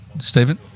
Stephen